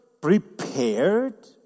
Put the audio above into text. prepared